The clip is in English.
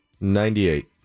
Ninety-eight